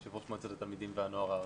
יו"ר מועצת התלמידים והנוער הארצית.